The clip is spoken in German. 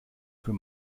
für